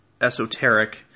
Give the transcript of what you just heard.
esoteric